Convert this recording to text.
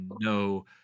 no